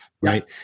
right